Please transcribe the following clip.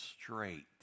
straight